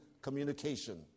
communication